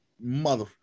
mother